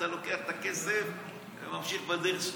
אתה לוקח את הכסף וממשיך בדרך שלך.